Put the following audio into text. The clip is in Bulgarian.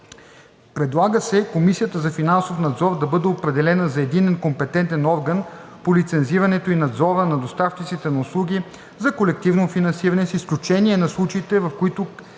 Предлага се Комисията за финансов надзор да бъде определена за единен компетентен орган по лицензирането и надзора на доставчиците на услуги за колективно финансиране с изключение на случаите, в които